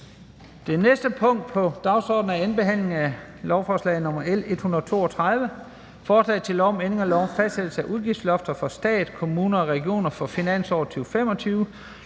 Det næste punkt på dagsordenen er: 21) 2. behandling af lovforslag nr. L 132: Forslag til lov om ændring af lov om fastsættelse af udgiftslofter for stat, kommuner og regioner for finansåret 2025,